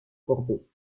courbet